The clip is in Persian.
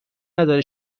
نداره